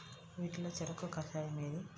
వీటిలో చెరకు కషాయం ఏది?